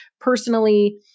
personally